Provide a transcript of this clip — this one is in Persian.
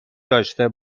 داشته